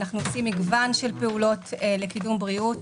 אנחנו עושים מגוון של פעולות לקידום בריאות,